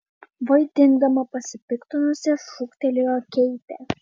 vaidindama pasipiktinusią šūktelėjo keitė